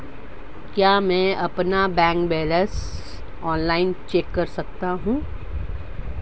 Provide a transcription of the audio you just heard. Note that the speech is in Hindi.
क्या मैं अपना बैंक बैलेंस ऑनलाइन चेक कर सकता हूँ?